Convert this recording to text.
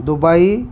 Dubai